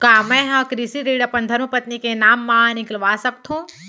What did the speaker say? का मैं ह कृषि ऋण अपन धर्मपत्नी के नाम मा निकलवा सकथो?